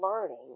learning